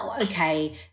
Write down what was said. okay